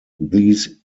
these